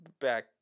back